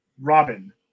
Robin